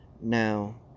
Now